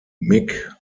mick